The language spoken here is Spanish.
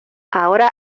ahora